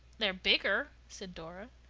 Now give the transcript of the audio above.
they're bigger, said dora.